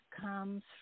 comes